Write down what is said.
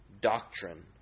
doctrine